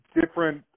different